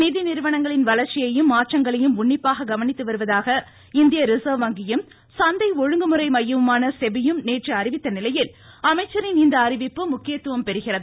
நிதி நிறுவனங்களின் வளர்ச்சியையும் மாற்றங்களையும் உன்னிப்பாக கவனித்து வருவதாக இந்திய ரிசர்வ் வங்கியும் சந்தை ஒழுங்குமுறை மையமுமான செபி யும் நேற்று அறிவித்த நிலையில் அமைச்சரின் இந்த அறிவிப்பு முக்கியத்துவம் பெறுகிறது